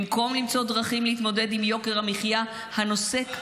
במקום למצוא דרכים להתמודד עם יוקר המחיה הנוסק,